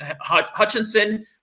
Hutchinson